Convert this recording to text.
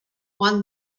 won